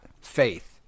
Faith